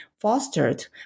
fostered